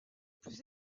plus